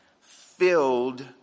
filled